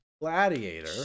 Gladiator